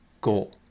goal